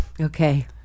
Okay